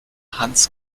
hans